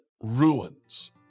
ruins